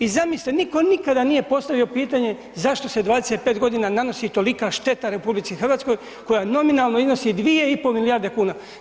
I zamislite, nitko nikada nije postavio pitanje zašto se 25 g. nanosi tolika šteta RH koja nominalno iznosi 2,5 milijarde kuna?